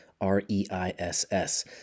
R-E-I-S-S